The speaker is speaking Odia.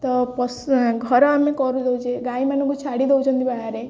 ତ ଘର ଆମେ କରିଦେଉଛେ ଗାଈମାନଙ୍କୁ ଛାଡ଼ି ଦେଉଛନ୍ତି ବାହାରେ